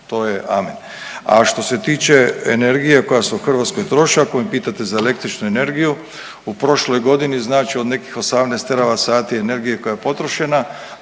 to je amen. A što se tiče energije koja se u Hrvatskoj troši, ako me pitate za električnu energiju u prošloj godini znači od nekih 18 teravat sati energije koja je potrošena